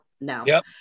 no